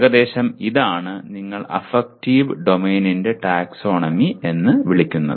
ഏകദേശം ഇതാണ് നിങ്ങൾ അഫക്റ്റീവ് ഡൊമെയ്നിന്റെ ടാക്സോണമി എന്ന് വിളിക്കുന്നത്